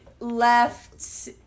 Left